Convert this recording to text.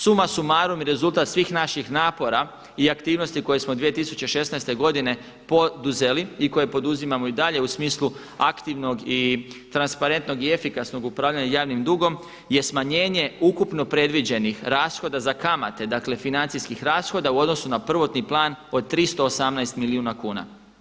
Suma sumarum i rezultat svih naših napora i aktivnosti koje smo 2016. godine poduzeli i koje poduzimamo i dalje u smislu aktivnog i transparentnog i efikasnog upravljanja javnim dugom je smanjenje ukupno predviđenih rashoda za kamate, dakle financijskih rashoda u odnosu na prvotni plan od 318 milijuna kuna.